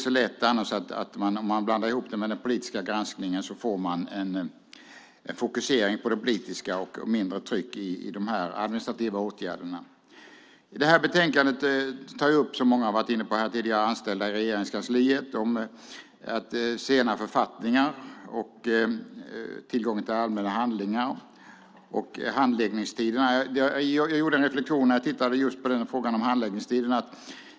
Om man blandar ihop den med den politiska granskningen får man en fokusering på det politiska och mindre tryck på de administrativa åtgärderna. Som många varit inne på tar detta betänkande upp anställda i Regeringskansliet, sena författningar, tillgången till allmänna handlingar samt handläggningstiderna. Jag tittade på frågan om handläggningstiderna och gjorde då en reflexion.